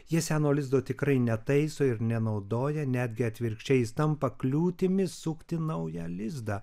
jie seno lizdo tikrai netaiso ir nenaudoja netgi atvirkščiai jis tampa kliūtimi sukti naują lizdą